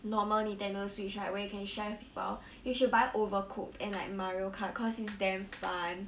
normal Nintendo switch right where you can share with people you should buy overcooked and like mario kart cause it's damn fun